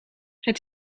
het